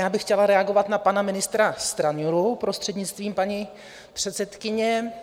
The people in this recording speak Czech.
Já bych chtěla reagovat na pana ministra Stanjuru, prostřednictvím paní předsedkyně.